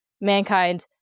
mankind